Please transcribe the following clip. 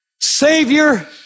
Savior